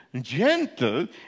gentle